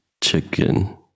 chicken